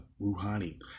Rouhani